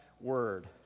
word